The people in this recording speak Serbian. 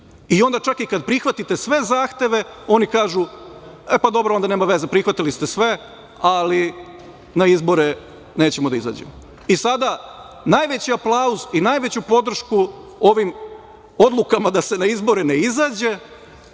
Onda čak i kada prihvatite sve zahteve, oni kažu – e, pa dobro, onda nema veze, prihvatili ste sve, ali na izbore nećemo da izađemo. Sada, najveći aplauz, najveću podršku ovim odlukama da se na izbore ne izađe,